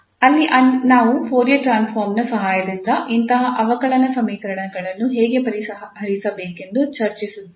ಅಲ್ಲಿ ನಾವು Fourier transform ನ ಸಹಾಯದಿಂದ ಇಂತಹ ಅವಕಲನ ಸಮೀಕರಣಗಳನ್ನು ಹೇಗೆ ಪರಿಹರಿಸಬೇಕೆಂದು ಚರ್ಚಿಸುತ್ತೇವೆ